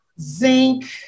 Zinc